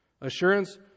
Assurance